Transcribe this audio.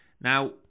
Now